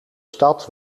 stad